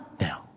now